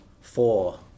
four